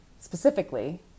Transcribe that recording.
specifically